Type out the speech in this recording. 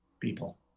people